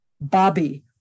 Bobby